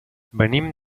venim